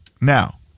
Now